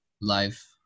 life